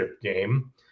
game